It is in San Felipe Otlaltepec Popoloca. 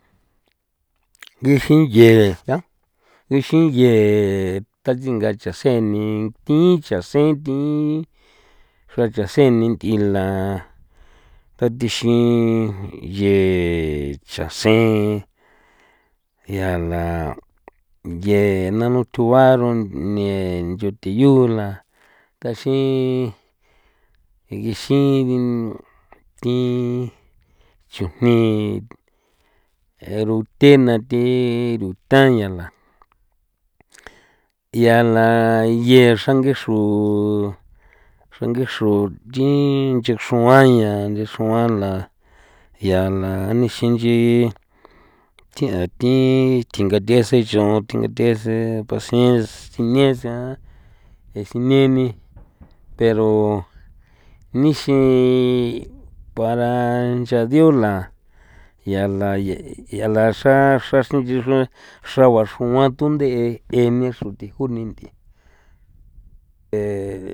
Ngijin ye ya ngijin ye tatsinga cha sen ni thin chasen thin jacha seni nth'i la tathixin ye chasen ya la ye nanu thugua rune ncho thi yu la taxin gexin thi chujni ruthe na thi ruta'ian la ya la ye xrange xru o xrange xru nchin nchexr'uan ya nchexr'uan la ya la nixin nchi thi an thi thingathe sen nchon thingatheꞌe sen pasiens sinie san e sine ni pero nixin para ncha diola ya la yala xra xra nch'i xron xraua xruan tundꞌe e ni xru thi juni nth'i eh.